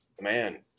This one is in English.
man